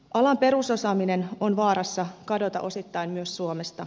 alan perusosaaminen on vaarassa kadota osittain myös suomesta